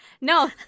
No